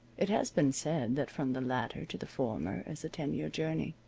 it has been said that from the latter to the former is a ten-year journey,